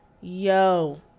Yo